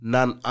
None